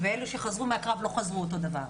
אלה שחזרו מהקרב, לא חזרו אותו הדבר.